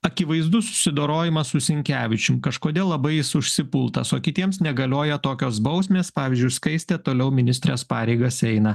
akivaizdus susidorojimas su sinkevičium kažkodėl labai užsipultas o kitiems negalioja tokios bausmės pavyzdžiui skaistė toliau ministrės pareigas eina